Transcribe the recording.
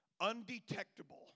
undetectable